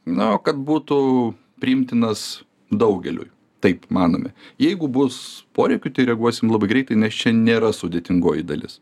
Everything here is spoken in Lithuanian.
no kad būtų priimtinas daugeliui taip manome jeigu bus poreikių tai reaguosim labai greitai nes čia nėra sudėtingoji dalis